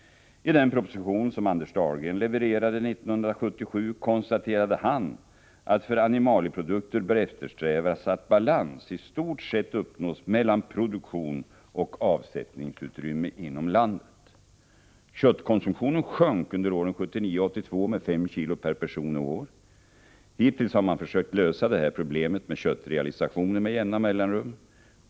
I den proposition som Anders Dahlgren levererade 1977 konstaterade han att för animalieprodukter bör eftersträvas att balans i stort sett uppnås mellan produktion och avsättningsutrymme inom landet. Köttkonsumtionen sjönk under åren 1979-1982 med 5 kg per person och år. Hittills har man försökt lösa det här problemet med köttrealisationer med jämna mellanrum.